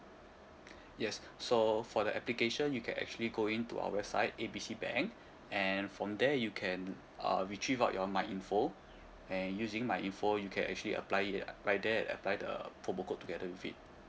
yes so for the application you can actually go into our website A B C bank and from there you can uh retrieve out your myinfo and using myinfo you can actually apply it by there apply the promo code together with it